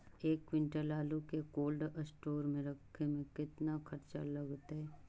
एक क्विंटल आलू के कोल्ड अस्टोर मे रखे मे केतना खरचा लगतइ?